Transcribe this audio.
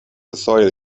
سایر